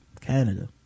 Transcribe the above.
Canada